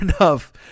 enough